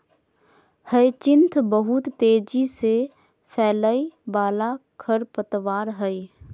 hyacinth बहुत तेजी से फैलय वाला खरपतवार हइ